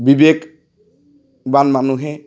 বিবেকবান মানুহে